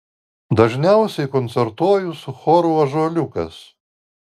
dažniausiai koncertuoju su choru ąžuoliukas